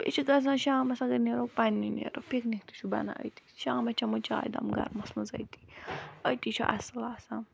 یہِ چھُ دزان شامس اگر نیرو پَننی نیرو پِک نِک تہٕ چھُ بنان أتی شامَس چَمو چاے دام گَرمَس منٛز أتی أتی چھُ اصل آسان